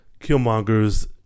Killmonger's